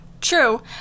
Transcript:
True